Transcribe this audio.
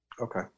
Okay